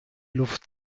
luft